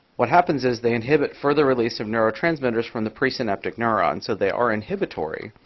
what happens is they inhibit further release of neurotransmitters from the presynaptic neuron. so they are inhibitory.